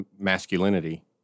masculinity